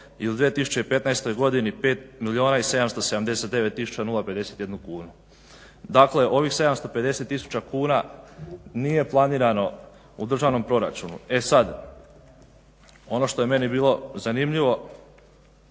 i u 2015. godini 5 milijuna i 779 tisuća 051 kunu. Dakle, ovih 750 tisuća kuna nije planirano u državnom proračunu. E sad, ono što je meni bilo zanimljivo,